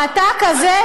אתה כזה,